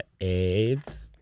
aids